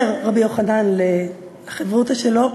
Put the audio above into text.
אומר רבי יוחנן לחברותא שלו,